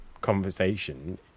conversation